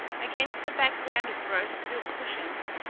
against the background of rose-silk cushions,